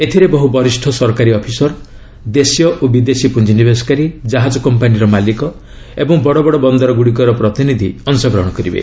ଏଥିରେ ବହୁ ବରିଷ୍ଣ ସରକାରୀ ଅଫିସର୍ ଦେଶୀୟ ଓ ବିଦେଶୀ ପୁଞ୍ଜିନିବେଶକାରୀ ଜାହାଜ କମ୍ପାନୀର ମାଲିକ ଓ ବଡ଼ ବଡ଼ ବନ୍ଦର ଗୁଡ଼ିକର ପ୍ରତିନିଧି ଅଶଗ୍ରହଣ କରିବେ